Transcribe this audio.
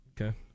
Okay